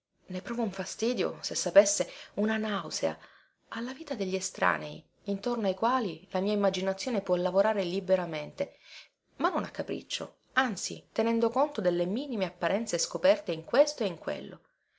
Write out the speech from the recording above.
ne provo un fastidio se sapesse una nausea alla vita degli estranei intorno ai quali la mia immaginazione può lavorare liberamente ma non a capriccio anzi tenendo conto delle minime apparenze scoperte in questo e in quello